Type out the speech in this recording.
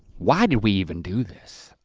why did we even do this?